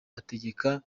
ategeka